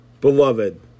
Beloved